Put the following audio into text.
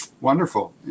wonderful